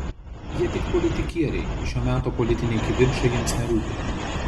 jie tik politikieriai šio meto politiniai kivirčai jiems nerūpi